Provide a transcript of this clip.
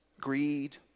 greed